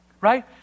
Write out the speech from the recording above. Right